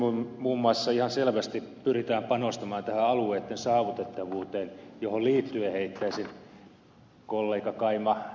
nyt muun muassa ihan selvästi pyritään panostamaan tähän alueitten saavutettavuuteen johon liittyen heittäisin kollega kaima m